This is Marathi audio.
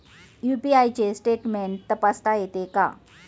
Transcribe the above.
यु.पी.आय चे स्टेटमेंट तपासता येते का?